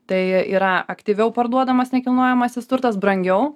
tai yra aktyviau parduodamas nekilnojamasis turtas brangiau